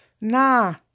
Nah